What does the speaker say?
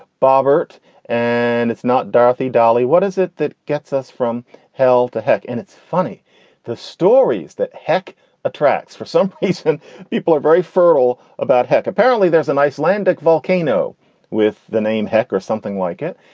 bogert and it's not dorothy. dollie, what is it that gets us from hell to heck? and it's funny the stories that heck attracts. for some reason people are very fertile about hek. apparently there's an icelandic volcano with the name hek or something like it,